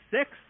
six